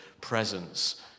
presence